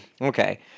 Okay